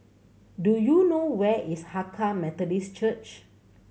do you know where is Hakka Methodist Church